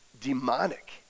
demonic